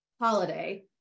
holiday